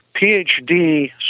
PhD